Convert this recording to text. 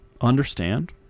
understand